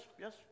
yes